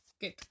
Good